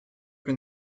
been